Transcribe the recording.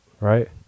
Right